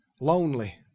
Lonely